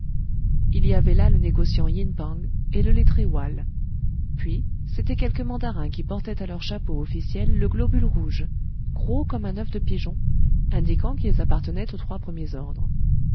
il y avait là le négociant yin pang et le lettré houal puis c'étaient quelques mandarins qui portaient à leur chapeau officiel le globule rouge gros comme un oeuf de pigeon indiquant qu'ils appartenaient aux trois premiers ordres